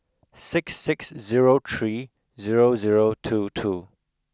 six six zero three zero zero two two